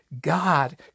God